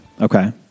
Okay